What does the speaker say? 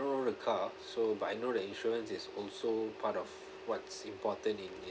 own a car so but I know the insurance is also part of what's important in in